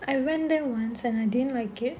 I went there once and I didn't like it